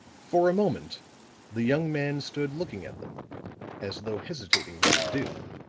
for a moment the young man stood looking at them as though hesitating what to do